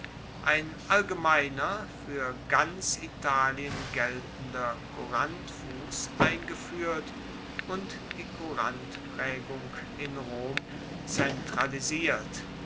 ein allgemeiner fuer ganz italien geltender courantfuss eingefuehrt und die courantpraegung in rom zentralisiert